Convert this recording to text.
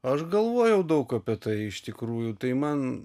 aš galvojau daug apie tai iš tikrųjų tai man